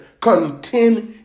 continue